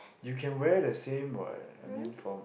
you can wear the same what I mean from